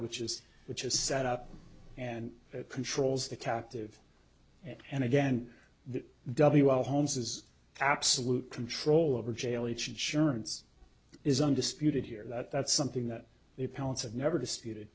which is which is set up and controls the captive and again the w l holmes's absolute control over jail each insurance is undisputed here that that's something that they pounce and never disputed